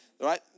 Right